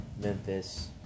Memphis